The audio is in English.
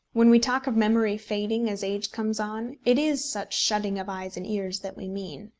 when we talk of memory fading as age comes on, it is such shutting of eyes and ears that we mean.